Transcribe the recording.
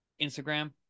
Instagram